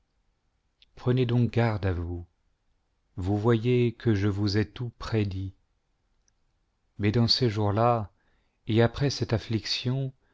prenez donc garde à vous vous voyez que je vous ai tour prédit mais dans ces jours là et après cette affliction